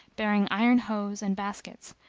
bearing iron hoes and baskets,